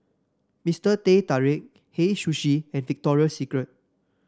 Mister Teh Tarik Hei Sushi and Victoria Secret